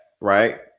right